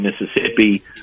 Mississippi